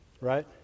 Right